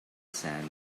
sand